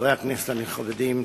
חברי הכנסת הנכבדים,